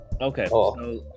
Okay